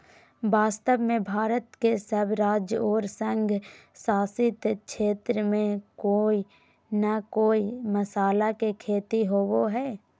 वास्तव में भारत के सब राज्य आरो संघ शासित क्षेत्र में कोय न कोय मसाला के खेती होवअ हई